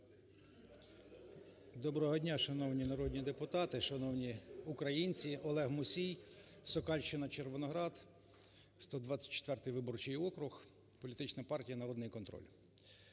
Доброго дня, шановні народні депутати, шановні українці! Олег Мусій, Сокальщина, Червоноград, 124 виборчий округ, політична партія "Народний контроль".